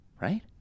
right